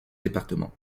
département